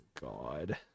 God